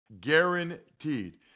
guaranteed